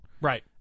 Right